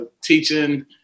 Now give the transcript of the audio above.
Teaching